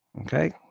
okay